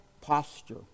posture